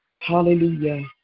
Hallelujah